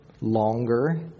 longer